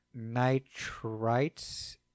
nitrites